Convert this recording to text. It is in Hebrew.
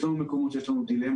יש מקומות שבהם יש לנו דילמות,